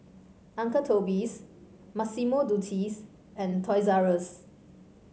Uncle Toby's Massimo Dutti's and Toys R Us